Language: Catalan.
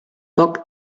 poc